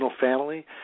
family